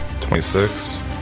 26